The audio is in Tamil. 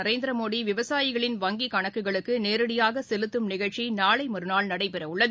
நரேந்திரமோடி விவசாயிகளின் வங்கி கணக்குகளுக்கு நேரடியாக செலுத்தும் நிகழ்ச்சி நாளை மற்றாள் நடைபெற உள்ளது